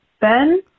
ben